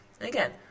Again